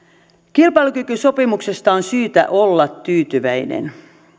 kilpailukykysopimuksesta on syytä olla tyytyväinen